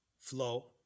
flow